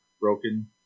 broken